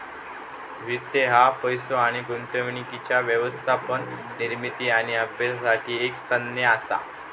वित्त ह्या पैसो आणि गुंतवणुकीच्या व्यवस्थापन, निर्मिती आणि अभ्यासासाठी एक संज्ञा असा